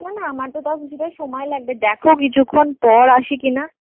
না না আমার তো তাও কিছুটা সময় লাগবে দেখ কিছুক্ষণ পর আসে কিনা